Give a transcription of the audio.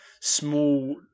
small